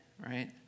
right